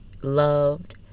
loved